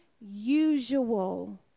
usual